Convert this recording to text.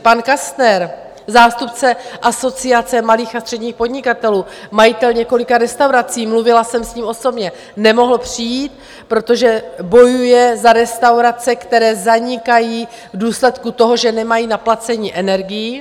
Pan Kastner, zástupce Asociace malých a středních podnikatelů, majitel několika restaurací, mluvila jsem s ním osobně, nemohl přijít, protože bojuje za restaurace, které zanikají v důsledku toho, že nemají na placení energií.